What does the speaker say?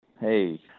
hey